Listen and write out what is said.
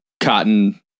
cotton